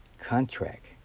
contract